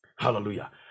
hallelujah